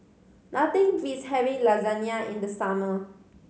nothing beats having Lasagne in the summer